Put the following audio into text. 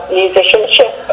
musicianship